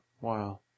Wow